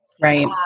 right